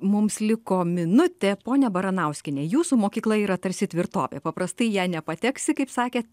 mums liko minutė ponia baranauskiene jūsų mokykla yra tarsi tvirtovė paprastai į ją nepateksi kaip sakėt